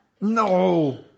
No